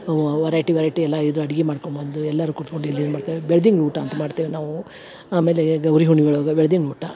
ಅವ variety variety ಎಲ್ಲ ಇದು ಅಡಿಗಿ ಮಾಡ್ಕೊಂಬಂದು ಎಲ್ಲರು ಕುತ್ಕೊಂಡು ಇಲ್ಲೇನು ಮಾಡ್ತೇವೆ ಬೆಳ್ದಿಂಗಳು ಊಟ ಅಂತ ಮಾಡ್ತೆವೆ ನಾವು ಆಮೇಲೆ ಗ ಉರಿಹುಣ್ಣಿಮೆ ಒಳಗೆ ಬೆಳ್ದಿಂಗ್ಳ ಊಟ